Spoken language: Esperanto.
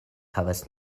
havas